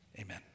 amen